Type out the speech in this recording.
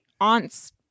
aunt's